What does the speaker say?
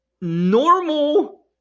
normal